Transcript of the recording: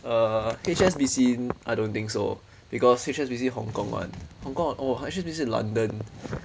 err H_S_B_C I don't think so because H_S_B_C hong kong [one] hong kong oh actually based in london